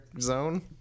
zone